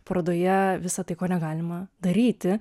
parodoje visa tai ko negalima daryti